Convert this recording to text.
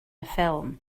ffilm